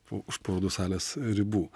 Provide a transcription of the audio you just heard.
už parodų salės ribų